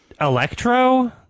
Electro